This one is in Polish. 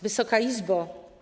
Wysoka Izbo!